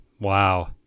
Wow